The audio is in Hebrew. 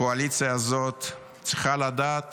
הקואליציה הזאת צריכה לדעת